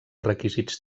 requisits